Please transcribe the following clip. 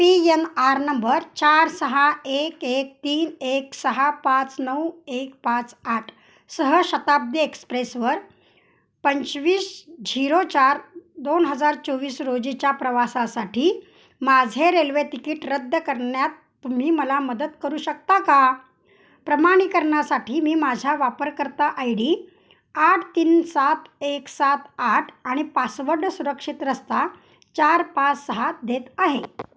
P N R number चार सहा एक एक तीन एक सहा पाच नऊ एक पाच आठ सह शताब्दी एक्सप्रेसवर पंचवीस झिरो चार दोन हजार चोवीस रोजीच्या प्रवासासाठी माझे रेल्वे तिकीट रद्द करण्यात तुम्ही मला मदत करू शकता का प्रमाणीकरणासाठी मी माझा वापरकर्ता आय डी आठ तीन सात एक सात आठ आणि पासवर्ड सुरक्षित रस्ता चार पाच सहा देत आहे